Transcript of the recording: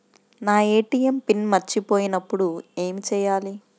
నా ATM pin మర్చిపోయినప్పుడు ఏమి చేయాలి?